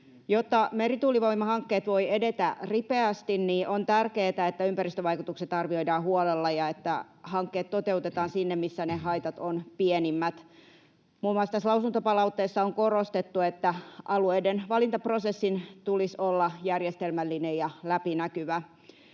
Jotta merituulivoimahankkeet voivat edetä ripeästi, on tärkeätä, että ympäristövaikutukset arvioidaan huolella ja että hankkeet toteutetaan sinne, missä ne haitat ovat pienimmät. Muun muassa lausuntopalautteessa on korostettu, että alueiden valintaprosessin tulisi olla järjestelmällinen ja läpinäkyvä.